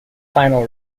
final